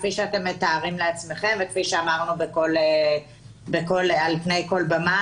כפי שאתם מתארים לעצמכם וכפי שאמרנו על כל במה,